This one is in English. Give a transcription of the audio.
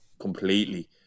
completely